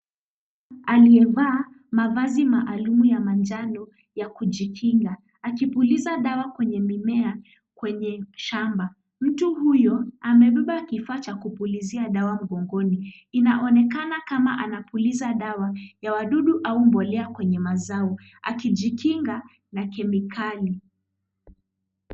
Aliyevaa mavazi maalum ya manjano ya kujikinga akipuliza dawa kwenye mimea kwenye shamba. Mtu huyo amebeba kifaa cha kupulizia dawa mgongoni. Inaonekana kama anapuliza dawa ya wadudu au mbolea kwenye mazao akijikinga na kemikali.